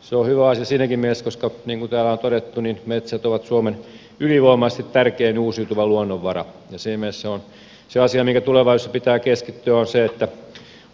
se on hyvä asia siinäkin mielessä koska niin kuin täällä on todettu niin metsät ovat suomen ylivoimaisesti tärkein uusiutuva luonnonvara ja siinä mielessä se asia mihinkä tulevaisuudessa pitää keskittyä on se tai